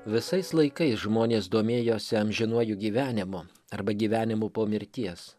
visais laikais žmonės domėjosi amžinuoju gyvenimu arba gyvenimu po mirties